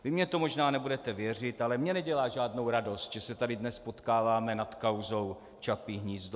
Vy mně to možná nebudete věřit, ale mně nedělá žádnou radost, že se tady dnes potkáváme nad kauzou Čapí hnízdo.